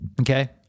Okay